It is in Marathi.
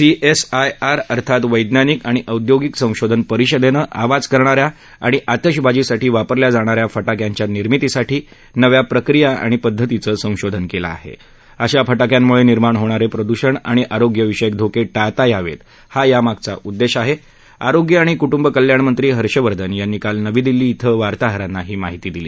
सीएसआयआर अर्थात वैज्ञानिक आणि औद्योगिक संशोधन परिषदक्षआवाज करणाऱ्या आणि आतषबाजीसाठी वापरल्या जाणाऱ्या फटाक्यांच्या निर्मितीसाठी नव्या प्रक्रिया आणि पद्धतीचं संशोधन कलि आहा अशा फटाक्यांमुळा किर्माण होणार त्रिदूषण आणि आरोग्यविषयक धोक दिवळता यावतीहा यामागचा उद्दष्टआहाआरोग्य आणि कुटुंब कल्याणमंत्री हर्षवर्धन यांनी काल नवी दिल्ली इथं वार्ताहरांना ही माहिती दिली